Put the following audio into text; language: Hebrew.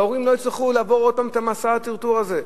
וההורים לא יצטרכו לעבור עוד הפעם את מסע הטרטור הזה.